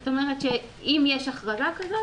זאת אומרת שאם יש הכרזה כזאת,